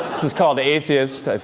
this is called atheist.